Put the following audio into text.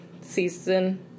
season